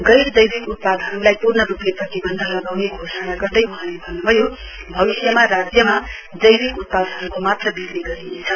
गैरजैविक उत्पादहरूलाई पूर्ण रूपले प्रतिवन्ध लगाउने घोषणा गर्दै वहाँले भन्नुभयो भविष्यमा राज्यमा जैविक उत्पादहरूको मात्र विक्री गरिनेछ